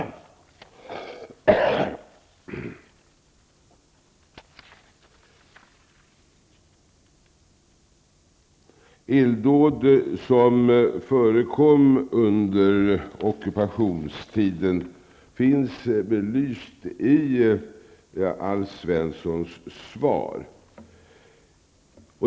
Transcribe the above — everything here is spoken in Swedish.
Illdåd som förekom under ockupationstiden finns belysta i Alf Svenssons svar.